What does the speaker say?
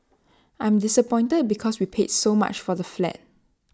I'm disappointed because we paid so much for the flat